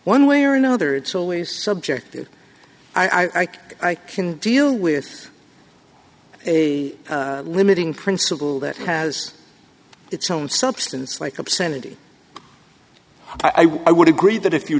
one way or another it's always subjective ike i can deal with a limiting principle that has its own substance like obscenity i would i would agree that if you